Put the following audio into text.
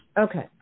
Okay